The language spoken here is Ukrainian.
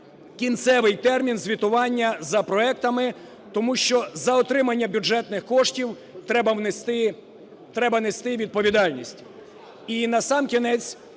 кінцевий термін звітування за проектами, тому що за отримання бюджетних коштів треба нести відповідальність. І насамкінець